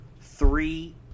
three